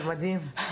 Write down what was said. זה מדהים.